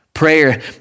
prayer